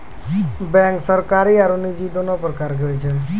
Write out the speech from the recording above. bank सरकारी आरो निजी दोनो प्रकार के होय छै